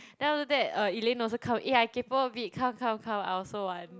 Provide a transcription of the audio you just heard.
then after that uh Elaine also come eh I kaypoh a bit come come come I also want